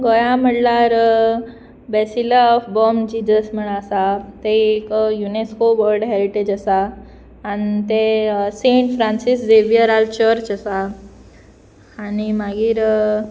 गोंया म्हणल्यार basilica of Bom Jesus म्हण आसा ते एक युनॅस्को वल्ड हेरिटेज आसा आनी ते सेंट फ्रांसीस झेवियर आल चर्च आसा आनी मागीर